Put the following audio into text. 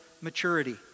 maturity